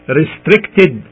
restricted